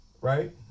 right